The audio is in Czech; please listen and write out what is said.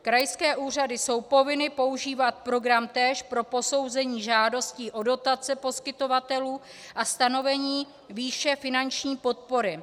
Krajské úřady jsou povinny používat program též pro posouzení žádostí o dotace poskytovatelů a stanovení výše finanční podpory.